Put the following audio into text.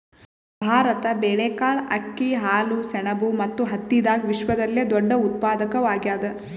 ಭಾರತ ಬೇಳೆಕಾಳ್, ಅಕ್ಕಿ, ಹಾಲು, ಸೆಣಬು ಮತ್ತು ಹತ್ತಿದಾಗ ವಿಶ್ವದಲ್ಲೆ ದೊಡ್ಡ ಉತ್ಪಾದಕವಾಗ್ಯಾದ